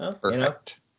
Perfect